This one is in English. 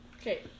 okay